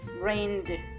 RAINED